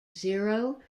zero